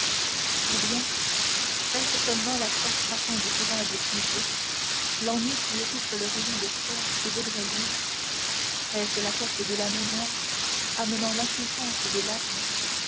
ou bien est-ce seulement la prostration du courage épuisé l'ennui qui étouffe le rayon d'espoir qui voudrait luire est-ce la perte de la mémoire amenant l'impuissance des larmes